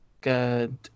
good